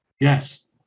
Yes